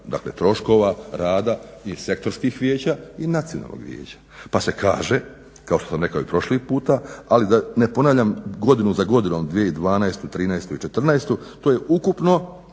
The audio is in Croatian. troškova rada i sektorskih vijeća i nacionalnog vijeća. Pa se kaže kao što sam rekao i prošli puta ali da ne ponavljam godinu za godinom 2012., 2013., 2014. to je ukupno